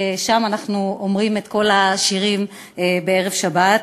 כל השירים שאנחנו אומרים בערב שבת,